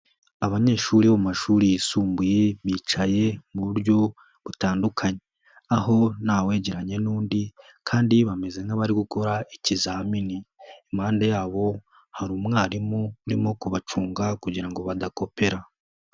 Abanyeshuri bo mu mashuri yisumbuye bicaye mu buryo butandukanye, aho ntawegeranya n'undi kandi bameze nk'abari gukora ikizamini, impande yabo hari umwarimu urimo kubacunga kugira ngo badakopera.